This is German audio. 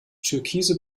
türkise